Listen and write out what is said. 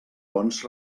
bons